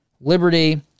liberty